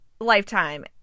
Lifetime